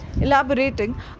Elaborating